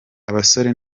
abasore